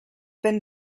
been